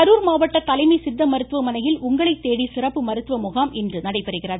கரூர் மாவட்ட தலைமை சித்த மருத்துவமனையில் உங்களைதேடி சிறப்பு மருத்துவ முகாம் இன்று நடைபெறுகிறது